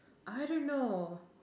I don't know